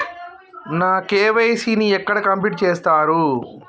నా కే.వై.సీ ని ఎక్కడ కంప్లీట్ చేస్తరు?